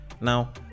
Now